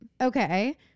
Okay